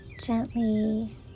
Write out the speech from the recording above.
gently